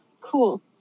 Cool